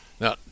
now